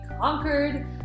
conquered